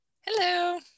Hello